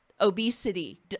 Obesity